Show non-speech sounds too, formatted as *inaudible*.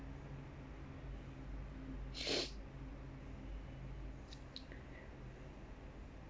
*breath*